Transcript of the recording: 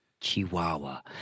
Chihuahua